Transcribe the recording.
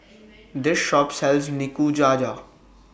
This Shop sells Nikujaga